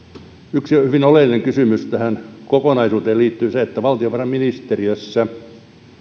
yksi hyvin oleellinen kysymys tähän kokonaisuuteen liittyy se että valtiovarainministeriössä